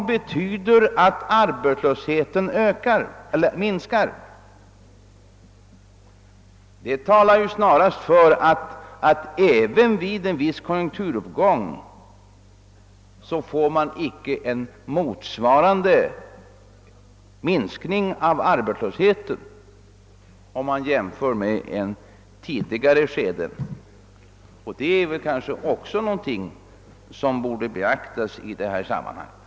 Vi bör alltså inte på samma sätt som tidigare räkna med att en uppgång i konjunkturerna medför en minskning av arbetslösheten. Detta bör också beaktas i sammanhanget.